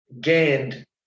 gained